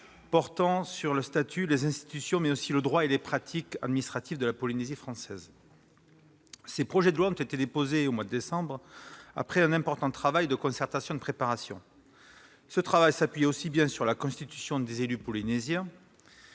portant sur le statut, les institutions, le droit et les pratiques administratives de la Polynésie française. Ces projets de loi ont été déposés au mois de décembre dernier après un important travail de concertation et de préparation. Ce dernier s'appuyait à la fois sur la consultation des élus polynésiens,